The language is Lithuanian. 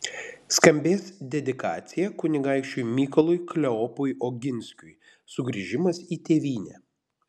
skambės dedikacija kunigaikščiui mykolui kleopui oginskiui sugrįžimas į tėvynę